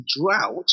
drought